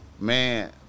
man